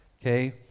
Okay